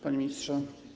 Panie Ministrze!